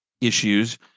issues